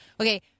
Okay